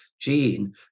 gene